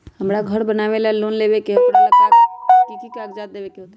हमरा घर बनाबे ला लोन लेबे के है, ओकरा ला कि कि काग़ज देबे के होयत?